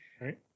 Right